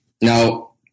Now